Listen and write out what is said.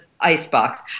icebox